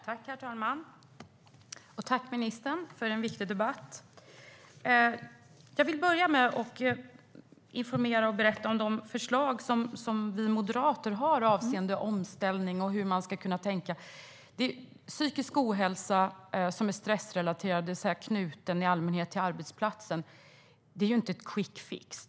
Herr talman! Jag tackar ministern för en viktig debatt. Jag vill börja med att informera om de förslag som vi moderater har avseende omställning och hur man skulle kunna tänka. När det gäller psykisk ohälsa som är stressrelaterad och i allmänhet knuten till arbetsplatsen handlar det inte om en quickfix.